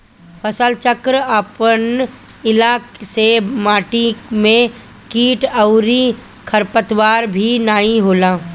फसलचक्र अपनईला से माटी में किट अउरी खरपतवार भी नाई होला